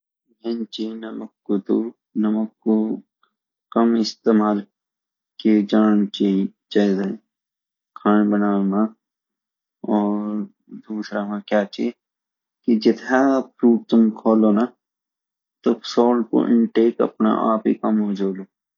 यन च नमक कु तो नमक कु कम इस्तेमाल किया जाण चैन खाण बनान मा और दूसरा मा क्या चि की जिथा फ्रूट तुम खोला ना तो सॉल्ट कु इन्टेक अपना आप ही कम होजुलू